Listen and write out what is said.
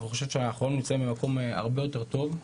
ואני חושב שאנחנו היום נמצאים במקום הרבה יותר טוב,